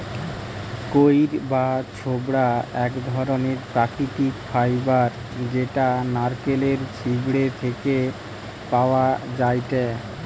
কইর বা ছোবড়া এক ধরণের প্রাকৃতিক ফাইবার যেটা নারকেলের ছিবড়ে তে পাওয়া যায়টে